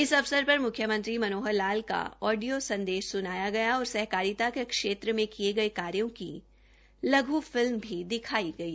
इस अवसर पर म्ख्यमंत्री मनोहर लाल का ऑडियो संदेश सुनाया गया और सहकारिता के क्षेत्र में किये गये कार्यो की लघु फिल्म भी दिखाई गई